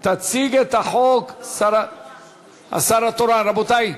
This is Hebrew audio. יציג את החוק השר התורן, רבותי,